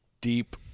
deep